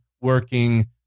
working